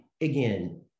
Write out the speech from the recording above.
again